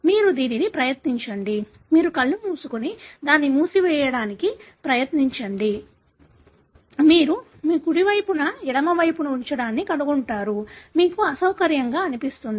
మీరు దీనిని ప్రయత్నించండి మీరు కళ్ళు మూసుకొని దాన్ని మూసివేయడానికి ప్రయత్నించండి మీరు మీ కుడి వైపున ఎడమవైపు ఉంచడాన్ని కనుగొంటారు మీకు అసౌకర్యంగా అనిపిస్తుంది